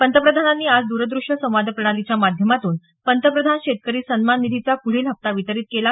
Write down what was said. पंतप्रधान नरेंद्र मोदी यांनी आज दरदृश्य संवाद प्रणालीच्या माध्यमातून पंतप्रधान शेतकरी सन्मान निधीचा प्ढील हप्ता वितरीत केला